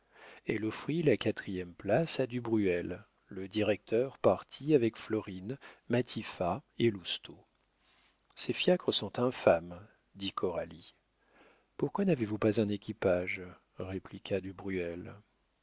elle offrit la quatrième place à du bruel le directeur partit avec florine matifat et lousteau ces fiacres sont infâmes dit coralie pourquoi n'avez-vous pas un équipage répliqua du